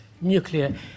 nuclear